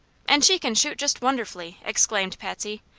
and she can shoot just wonderfully! exclaimed patsy.